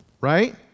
Right